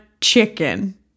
chicken